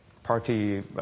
party